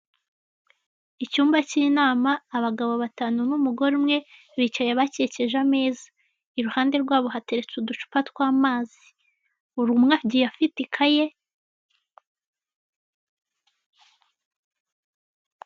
Icyumba cy'inama abagabo batanu n'umugore umwe bicaye bakikije ameza. Iruhande rwabo hateretse uducupa tw'amazi, buri umwe agiye afite ikaye.